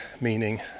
meaning